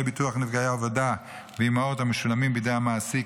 ביטוח נפגעי עבודה ואימהות המשולמים בידי המעסיק